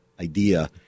idea